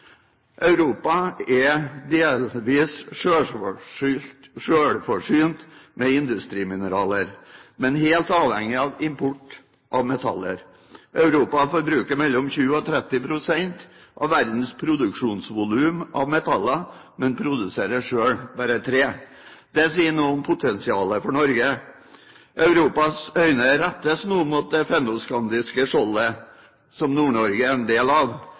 Europa er delvis selvforsynt med industrimineraler, men helt avhengig av import av metaller. Europa forbruker mellom 20 og 30 pst. av verdens produksjonsvolum av metaller, men produserer selv bare 3 pst. Det sier noe om potensialet for Norge. Europas øyne rettes nå mot det fennoskandiske skjold, som Nord-Norge er en del av.